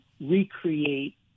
recreate